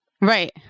right